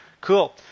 Cool